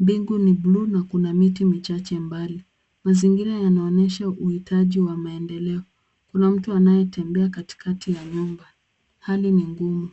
Mbingu ni blue na kuna miti michache mbali. Mazingira yanaonyesha uhitaji wa maendeleo. Kuna mtu aliyetembea katikati ya nyumba, hali ni ngumu.